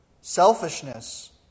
Selfishness